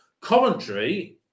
commentary